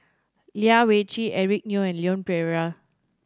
Lai Weijie Eric Neo and Leon Perera